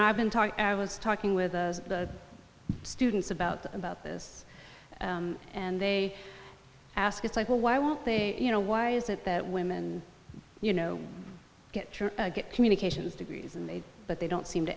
know i've been talking was talking with the students about about this and they asked like well why won't they you know why is it that women you know get communications degrees and they but they don't seem to